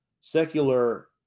secular